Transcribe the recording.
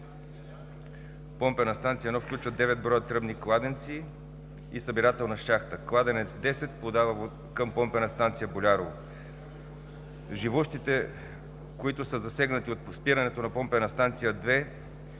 помпена станция 1 включват 9 броя тръбни кладенци и събирателна шахта, а кладенец 10 подава към помпена станция „Болярово“. Живущите, които са засегнати от спиране на помпена станция 2,